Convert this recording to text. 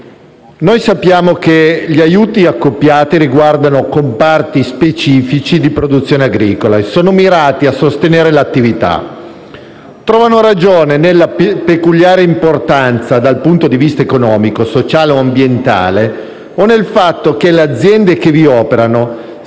noi sappiamo che gli aiuti accoppiati riguardano comparti specifici di produzione agricola e sono mirati a sostenere l'attività. Trovano ragione nella peculiare importanza del settore, dal punto di vista economico, sociale e ambientale, e nel fatto che le aziende che vi operano siano